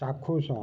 ଚାକ୍ଷୁଷ